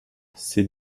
ces